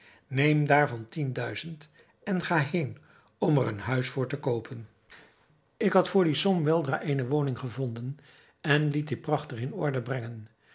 neem daarvan tien duizend en ga heen om er een huis voor te koopen ik had voor die som weldra eene woning gevonden en liet die prachtig in orde brengen